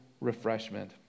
refreshment